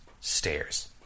stairs